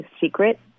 Secret